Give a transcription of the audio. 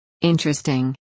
Interesting